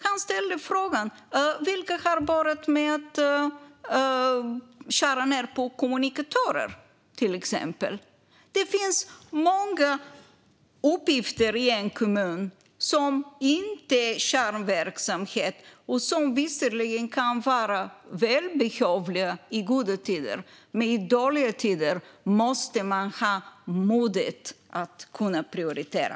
Han frågade vilka som har börjat att skära ned på till exempel kommunikatörer. Det finns många uppgifter i en kommun som inte är kärnverksamhet och som förvisso kan vara välbehövliga i goda tider. I dåliga tider måste man dock ha modet att prioritera.